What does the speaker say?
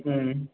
ம்